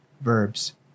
verbs